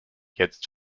jetzt